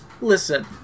listen